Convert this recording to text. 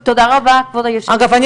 אגב,